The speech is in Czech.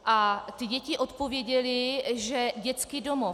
A ty děti odpověděly, že dětský domov.